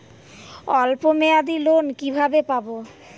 অল্প মেয়াদি লোন কিভাবে পাব?